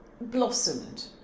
blossomed